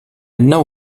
know